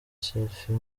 selfie